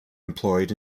employed